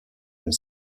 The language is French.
aime